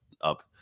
up